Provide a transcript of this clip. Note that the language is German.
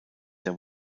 der